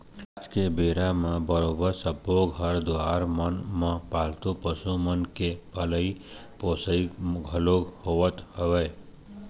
आज के बेरा म बरोबर सब्बो घर दुवार मन म पालतू पशु मन के पलई पोसई घलोक होवत हवय